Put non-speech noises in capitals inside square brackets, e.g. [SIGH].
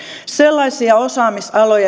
sellaiset osaamisalat [UNINTELLIGIBLE]